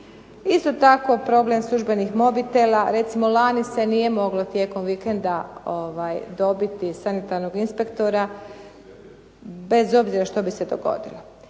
Isto tako problem službenih mobitela. Recimo lani se nije moglo tijekom vikenda dobiti sanitarnog inspektora bez obzira što bi se dogodilo.